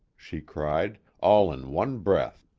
she cried, all in one breath.